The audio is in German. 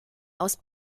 aus